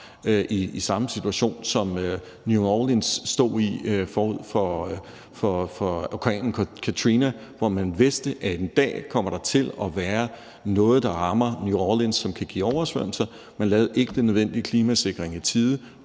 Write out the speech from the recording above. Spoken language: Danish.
i samme situation, som New Orleans stod i i forbindelse med Katrina, hvor man vidste, at en dag kom der til at være noget, der ramte New Orleans, som kan give oversvømmelser. Man lavede ikke den nødvendige klimasikring i tide,